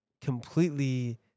completely